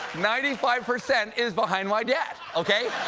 ninety five percent is behind my dad, okay.